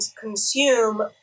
consume